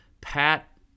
Pat